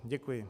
Děkuji.